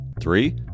Three